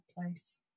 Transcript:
place